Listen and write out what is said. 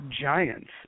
giants